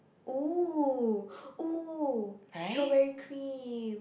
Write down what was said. !woo! !woo! strawberry cream